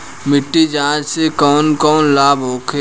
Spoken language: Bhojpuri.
मिट्टी जाँच से कौन कौनलाभ होखे?